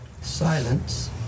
silence